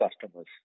customers